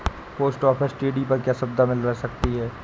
Post office TD पर क्या सुविधाएँ मिल सकती है?